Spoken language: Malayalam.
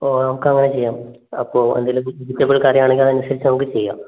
ഓ നമുക്കങ്ങനെ ചെയ്യാം അപ്പോൾ എന്തെങ്കിലും വെജിറ്റബിൾ കറി ആണെങ്കിൽ അതനുസരിച്ച് നമുക്ക് ചെയ്യാം